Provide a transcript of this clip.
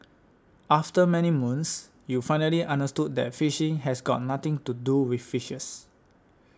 after many moons you finally understood that phishing has got nothing to do with fishes